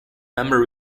member